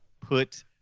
put